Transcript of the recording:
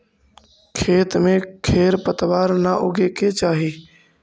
खेत में खेर पतवार न उगे के चाही